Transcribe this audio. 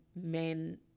men